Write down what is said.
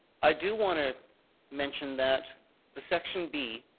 i do want to mention that the section b,